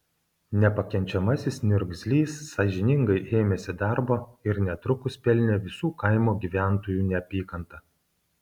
nepakenčiamasis niurgzlys sąžiningai ėmėsi darbo ir netrukus pelnė visų kaimo gyventojų neapykantą